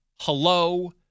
Hello